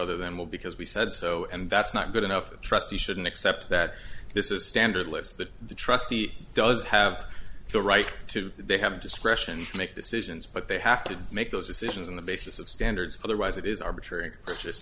other than well because we said so and that's not good enough trust you shouldn't accept that this is standard list that the trustee does have the right to they have discretion to make decisions but they have to make those decisions on the basis of standards otherwise it is arbitrary